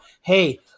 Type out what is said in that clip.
hey